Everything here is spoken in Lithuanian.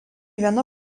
viena